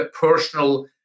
personal